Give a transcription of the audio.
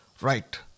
Right